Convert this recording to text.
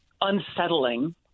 unsettling